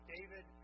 David